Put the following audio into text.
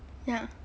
ya